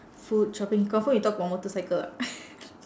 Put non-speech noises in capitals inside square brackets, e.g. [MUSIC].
food shopping confirm you talk about motorcycle what [LAUGHS]